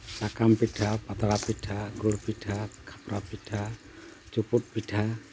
ᱥᱟᱠᱟᱢ ᱯᱤᱴᱷᱟᱹ ᱯᱟᱛᱲᱟ ᱯᱤᱴᱷᱟᱹ ᱜᱩᱲ ᱯᱤᱴᱷᱟᱹ ᱠᱷᱟᱯᱨᱟ ᱯᱤᱴᱷᱟᱹ ᱪᱩᱯᱩᱫ ᱯᱤᱴᱷᱟᱹ